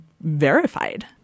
verified